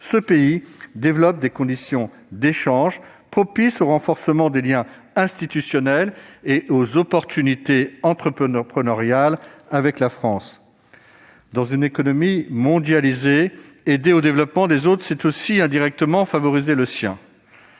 ce pays développe des conditions d'échanges propices au renforcement des liens institutionnels et aux opportunités entrepreneuriales avec la France. Dans une économie mondialisée, aider au développement des autres, c'est indirectement favoriser son